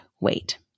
weight